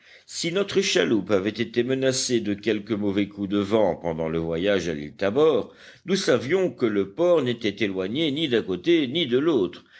si notre chaloupe avait été menacée de quelque mauvais coup de vent pendant le voyage à l'île tabor nous savions que le port n'était éloigné ni d'un côté ni de l'autre